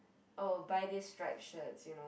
oh buy these stripe shirts you know